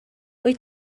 wyt